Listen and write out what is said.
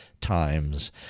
times